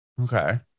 Okay